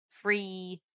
free